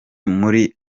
muri